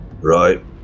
right